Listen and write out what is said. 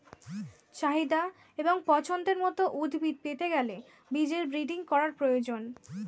চাহিদা এবং পছন্দের মত উদ্ভিদ পেতে গেলে বীজের ব্রিডিং করার প্রয়োজন